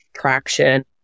traction